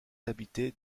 habité